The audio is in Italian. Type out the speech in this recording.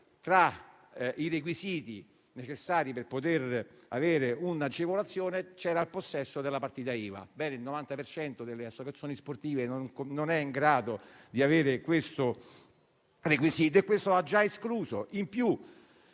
tra i requisiti necessari per avere un'agevolazione c'era il possesso della partita IVA. Ebbene, il 90 per cento delle associazioni sportive non è in grado di avere questo requisito, e questo le ha escluse.